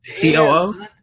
COO